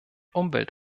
umwelt